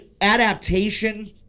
adaptation